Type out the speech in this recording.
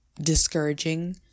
discouraging